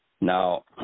Now